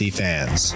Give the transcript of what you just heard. fans